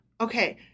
okay